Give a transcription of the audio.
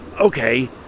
okay